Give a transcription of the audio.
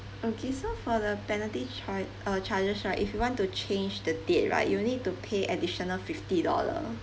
okay so for the penalty char~ uh charges right if you want to change the date right you'll need to pay additional fifty dollar